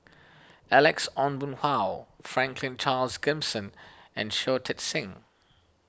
Alex Ong Boon Hau Franklin Charles Gimson and Shui Tit Sing